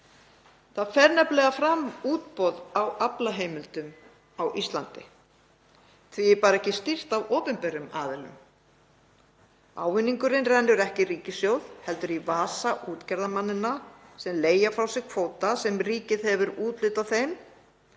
Það fer nefnilega fram útboð á aflaheimildum á Íslandi. Því er bara ekki stýrt af opinberum aðilum. Ávinningurinn rennur ekki í ríkissjóð heldur í vasa útgerðarmanna sem leigja frá sér kvóta sem ríkið hefur úthlutað þeim.